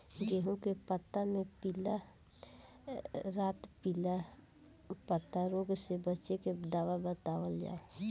गेहूँ के पता मे पिला रातपिला पतारोग से बचें के दवा बतावल जाव?